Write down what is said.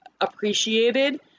appreciated